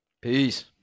Peace